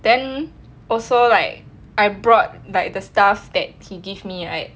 then also like I brought like the stuff that he gave me right